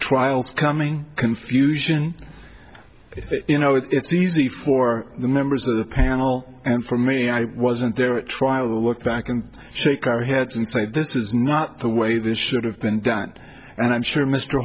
trial's coming confusion you know it's easy for the members of the panel and for me i wasn't there try a look back and shake our heads and say this is not the way this should have been done and i'm sure mr